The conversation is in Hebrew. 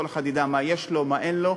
כל אחד ידע מה יש לו, מה אין לו.